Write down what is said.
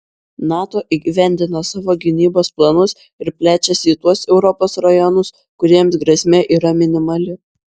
nato įgyvendina savo gynybos planus ir plečiasi į tuos europos rajonus kuriems grėsmė yra minimali